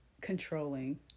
controlling